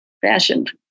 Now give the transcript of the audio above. fashioned